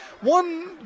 One